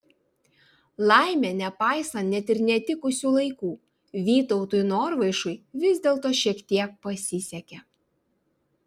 laimė nepaisant net ir netikusių laikų vytautui norvaišui vis dėlto šiek tiek pasisekė